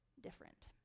different